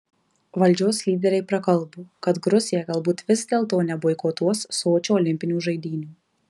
valdžios lyderiai prakalbo kad gruzija galbūt vis dėlto neboikotuos sočio olimpinių žaidynių